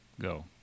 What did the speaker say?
go